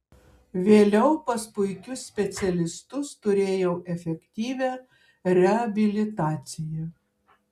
vėliau pas puikius specialistus turėjau efektyvią reabilitaciją